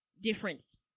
difference